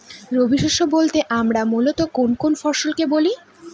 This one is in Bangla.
রবি শস্য বলতে আমরা মূলত কোন কোন ফসল কে বলি?